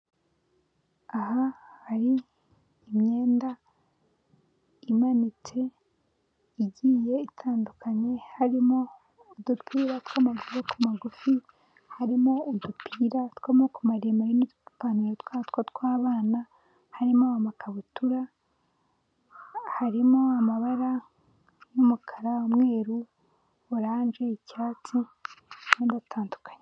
Aha hari imyenda imanitse igiye itandukanye harimo udupira tw'amaboko ku magufi, harimo udupira tw'amaboko maremare, n'udupantaro twatwo tw'abana, harimo amakabutura, harimo amabara y'umukara, umweru, orange, icyatsi n'udutandukanye.